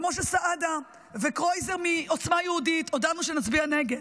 משה סעדה וקרויזר מעוצמה יהודית הודענו שנצביע נגד.